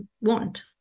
want